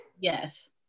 Yes